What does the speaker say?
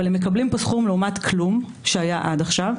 אבל הם מקבלים פה סכום לעומת כלום שהיה עד עכשיו,